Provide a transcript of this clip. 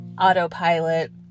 autopilot